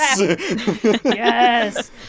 yes